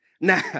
Now